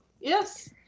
yes